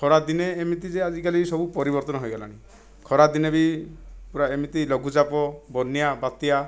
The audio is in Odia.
ଖରାଦିନେ ଏମିତି ଯେ ଆଜିକାଲି ସବୁ ପରିବର୍ତ୍ତନ ହୋଇଗଲାଣି ଖରାଦିନେ ବି ପୂରା ଏମିତି ଲଘୁଚାପ ବନ୍ୟା ବାତ୍ୟା